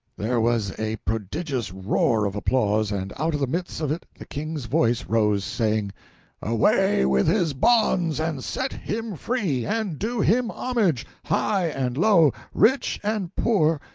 there was a prodigious roar of applause, and out of the midst of it the king's voice rose, saying away with his bonds, and set him free! and do him homage, high and low, rich and poor,